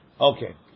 Okay